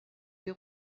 des